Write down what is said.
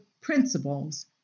principles